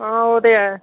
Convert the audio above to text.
हां ओह् ते ऐ